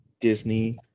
Disney